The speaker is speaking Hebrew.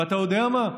ואתה יודע מה,